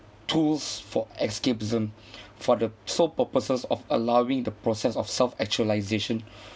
tools for escapism for the sole purposes of allowing the process of self actualisation